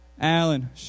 Alan